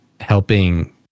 Helping